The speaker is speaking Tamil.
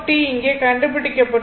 i3 இங்கே கண்டுபிடிக்கப்பட்டுள்ளது